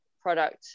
product